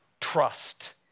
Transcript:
Trust